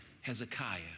Hezekiah